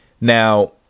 Now